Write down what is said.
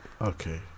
Okay